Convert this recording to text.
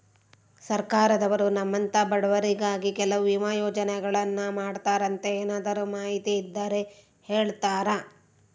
ಸರ್ಕಾರದವರು ನಮ್ಮಂಥ ಬಡವರಿಗಾಗಿ ಕೆಲವು ವಿಮಾ ಯೋಜನೆಗಳನ್ನ ಮಾಡ್ತಾರಂತೆ ಏನಾದರೂ ಮಾಹಿತಿ ಇದ್ದರೆ ಹೇಳ್ತೇರಾ?